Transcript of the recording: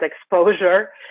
exposure